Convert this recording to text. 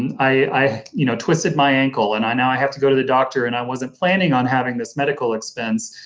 and i, you know, twisted my ankle and i now i have to go to the doctor and i wasn't planning on having this medical expense,